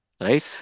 right